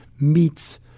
meets